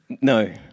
No